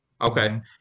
okay